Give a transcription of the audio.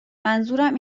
منظورم